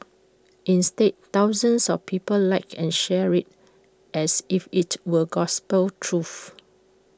instead thousands of people liked and shared IT as if IT were gospel truth